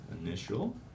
initial